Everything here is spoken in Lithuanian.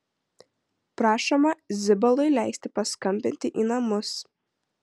prašoma zibalui leisti paskambinti į namus